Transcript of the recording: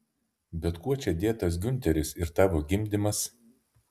bet kuo čia dėtas giunteris ir tavo gimdymas